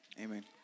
Amen